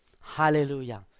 Hallelujah